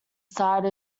side